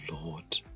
Lord